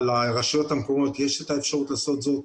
אבל לרשויות המקומיות יש האפשרות לעשות זאת.